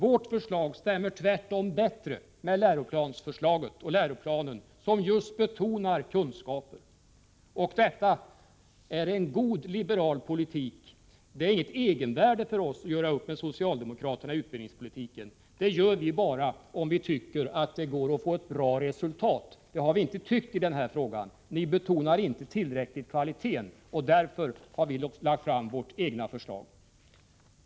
Vårt förslag stämmer tvärtom bättre med läroplanens förslag, som just betonar kunskaper. Detta är god liberal politik. Det är ett egenvärde för oss att göra upp med socialdemokraterna om utbildningspolitiken. Det gör vi bara om vi tycker att det går att nå ett bra resultat. Det har vi inte tyckt i denna fråga. Ni betonar inte tillräckligt kvaliteten. Därför har vi lagt fram vårt eget förslag.